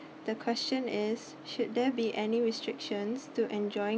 the question is should there be any restrictions to enjoying